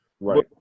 Right